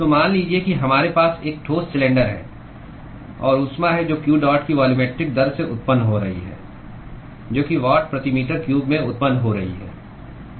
तो मान लीजिए कि हमारे पास एक ठोस सिलेंडर है और ऊष्मा है जो q डॉट की वॉल्यूमेट्रिक दर से उत्पन्न हो रही है जो कि वाट प्रति मीटर क्यूब में उत्पन्न हो रही है